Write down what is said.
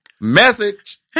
Message